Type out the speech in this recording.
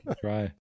try